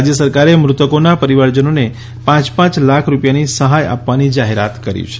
રાજ્ય સરકારે મૃતકોના પરિવારજનોને પાંચ પાંચ લાખ રૂપિયાની સહાય આપવાની જાહેરાત કરી છે